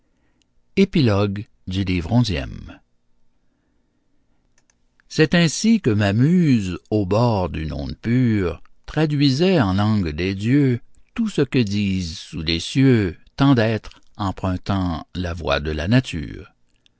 c'est ainsi que ma muse aux bords d'une onde pure traduisoit en langue des dieux tout ce que disent sous les cieux tant d'êtres empruntant la voix de la nature